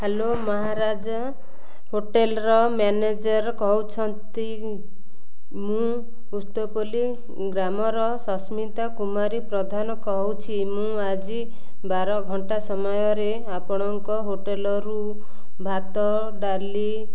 hello Maharaja ହୋଟେଲର manager କହୁଛନ୍ତି ମୁଁ ଉସ୍ତପଲ୍ଲି ଗ୍ରାମର ସସ୍ମିତା କୁମାରୀ ପ୍ରଧାନ କହୁଛି ମୁଁ ଆଜି ବାର ଘଣ୍ଟା ସମୟରେ ଆପଣଙ୍କ ହୋଟେଲରୁ ଭାତ ଡାଲି